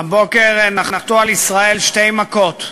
הבוקר נחתו על ישראל שתי מכות: